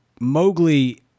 Mowgli